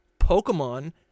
Pokemon